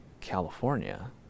California